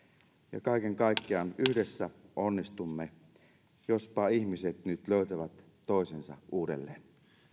ja kaiken kaikkiaan yhdessä onnistumme jospa ihmiset nyt löytävät toisensa uudelleen